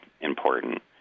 important